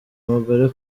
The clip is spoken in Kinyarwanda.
mugore